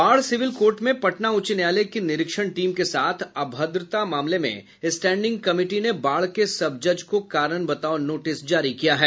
बाढ़ civil court में पटना उच्च न्यायालय की निरीक्षण टीम के साथ अभद्रता मामले में स्टैडिंग कमिटी ने बाढ़ के सब जज को कारण बताओ नोटिस जारी किया है